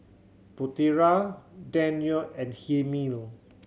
Putera Daniel and Hilmi